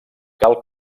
cal